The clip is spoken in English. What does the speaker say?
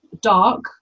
dark